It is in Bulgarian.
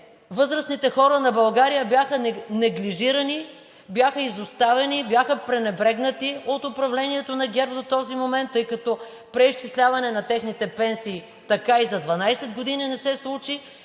възрастните хора на България бяха неглижирани, бяха изоставени, бяха пренебрегнати от управлението на ГЕРБ до този момент, тъй като преизчисляване на техните пенсии така и за 12 години не се случи,